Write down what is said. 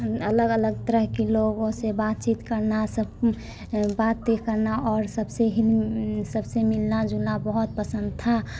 अलग अलग तरह के लोगों से बातचीत करना सब बातें करना और सबसे ही सबसे ही मिलना जुलना बहुत पसंद था